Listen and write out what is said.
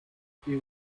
était